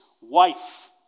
wife